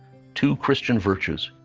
two christian virtues.